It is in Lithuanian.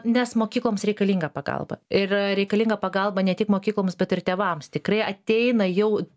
nes mokykloms reikalinga pagalba ir reikalinga pagalba ne tik mokykloms bet ir tėvams tikrai ateina jau